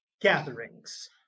gatherings